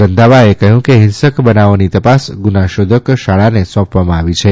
રંધાવાઓ કહ્યુંકે હિંસક બનાવોની તપાસ ગુનાશોધક શાળાને સોંપવામાં આવી છે